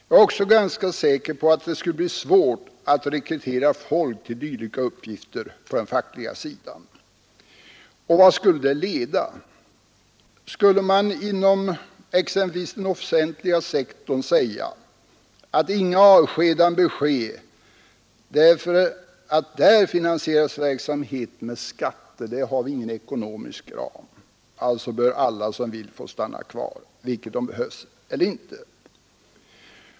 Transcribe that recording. Jag är också ganska säker på att det skulle bli svårt att rekrytera folk till dylika uppgifter på det fackliga området. Och vart skulle det leda? Skulle man inom exempelvis den offentliga sektorn säga att inga avskedanden bör ske, eftersom verksamheten där finansieras med skatter? Där finns ingen tvingande ekonomisk ram, utan där bör följaktligen de som vill det få stanna kvar, vare sig de behövs eller inte.